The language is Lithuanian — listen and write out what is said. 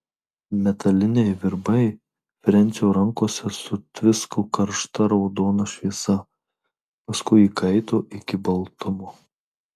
metaliniai virbai frensio rankose sutvisko karšta raudona šviesa paskui įkaito iki baltumo